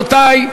רבותי.